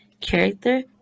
character